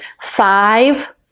five